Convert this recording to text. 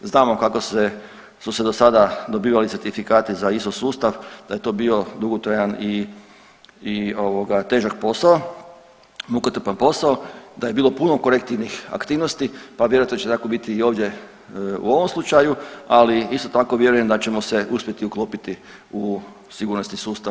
Znamo kako se, su se dosada dobivali certifikati za ISO sustav, da je to bio dugotrajan i ovoga težak posao, mukotrpan posao, da je bilo puno korektivnih aktivnosti pa vjerojatno će tako biti i ovdje u ovom slučaju, ali isto tako vjerujem da ćemo se uspjeti uklopiti u sigurnosni sustav [[Upadica: Vrijeme.]] Europe.